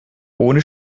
ohne